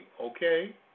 okay